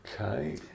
Okay